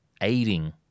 aiding